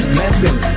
messing